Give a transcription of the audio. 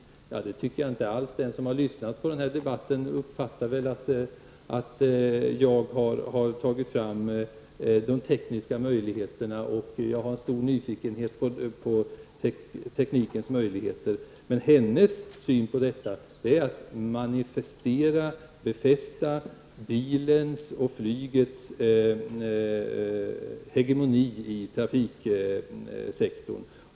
Det tycker jag inte alls. Den som har lyssnat till den här debatten uppfattar väl att jag har tagit fram de tekniska möjligheterna och att jag har en stor nyfikenhet på tekniska möjligheter. Men hennes syn på detta är att manifestera och befästa bilens och flygets hegemoni i trafiksektorn.